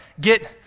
Get